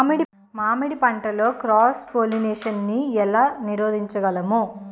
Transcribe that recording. మామిడి పంటలో cross pollination నీ ఏల నీరోధించగలము?